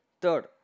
Third